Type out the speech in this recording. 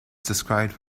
described